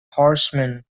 horsemen